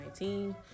2019